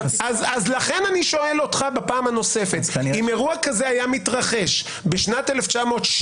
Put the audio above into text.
לכן אני שואל אותך בפעם הנוספת אם אירוע כזה היה מתרחש בשנת 1970,